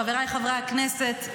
חבריי חברי הכנסת,